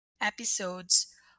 episodes